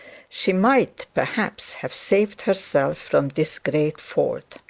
she might, perhaps, have saved herself from this great fault.